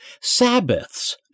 sabbaths